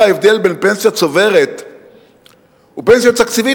להבדל בין פנסיה צוברת ופנסיה תקציבית,